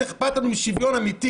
נראה שבאמת אכפת לנו משוויון אמיתי.